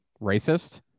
racist